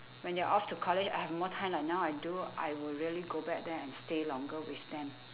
when they're off to college I have more time like now I do I will really go back there and stay longer with them